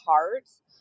hearts